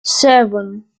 seven